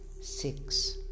six